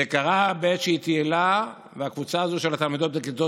זה קרה בעת שטיילה הקבוצה הזאת של התלמידות בכיתות